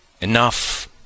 Enough